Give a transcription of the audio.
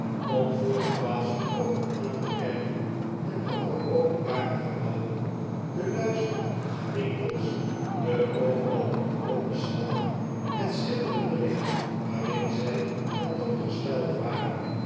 om vol verbazing over het aantal kerken en andere openbare gebouwen den luister der winkels de overal opgehoopte schatten het schitterende licht waarin zij ten toon gestejd waren